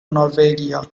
norwegia